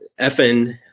FN